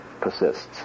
persists